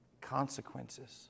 consequences